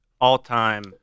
all-time